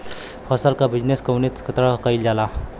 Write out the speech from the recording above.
फसल क बिजनेस कउने तरह कईल जाला?